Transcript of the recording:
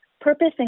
purpose